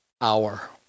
hour